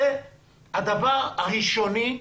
זה הדבר הראשוני,